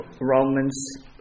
Romans